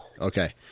Okay